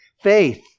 faith